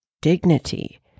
dignity